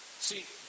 See